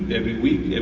every week,